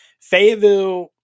Fayetteville